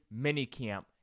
minicamp